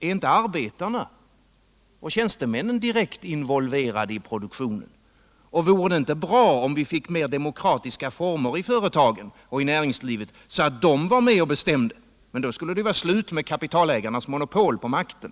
Är inte arbetarna och tjänstemännen direkt involverade i produktionen? Vore det inte bra om vi fick mera demokratiska former i företagen och i näringslivet, så att de fick vara med och bestämma? Men då skulle det vara slut med kapitalägarnas monopol på makten!